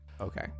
Okay